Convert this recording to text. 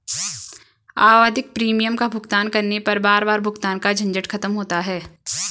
आवधिक प्रीमियम का भुगतान करने पर बार बार भुगतान का झंझट खत्म होता है